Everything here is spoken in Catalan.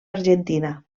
argentina